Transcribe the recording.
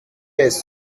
les